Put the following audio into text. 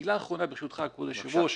מילה אחרונה ברשותך כבוד היושב-ראש.